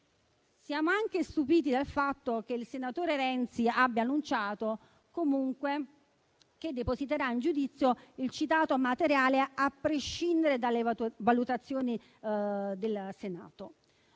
Siamo anche stupiti del fatto che il senatore Renzi abbia annunciato comunque che depositerà in giudizio il citato materiale, a prescindere dalle valutazioni del Senato.